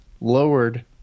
lowered